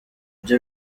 byo